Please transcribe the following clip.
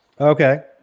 Okay